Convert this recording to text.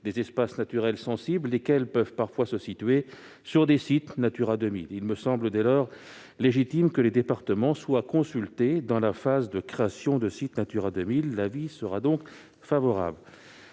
des espaces naturels sensibles, lesquels peuvent parfois se situer sur des sites Natura 2000. Il me semble dès lors légitime que les départements soient consultés dans la phase de création de sites Natura 2000. L'avis est donc favorable